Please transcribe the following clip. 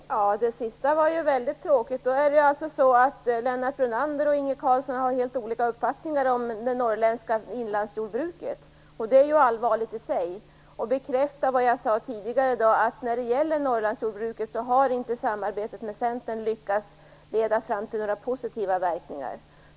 Fru talman! Det sista var väldigt tråkigt att höra. Då är det så att Lennart Brunander och Inge Carlsson har helt olika uppfattningar om det norrländska inlandsjordbruket. Det är allvarligt i sig. Det bekräftar vad jag sade tidigare: När det gäller Norrlandsjordbruket har samarbetet med Centern inte lett fram till några positiva verkningar.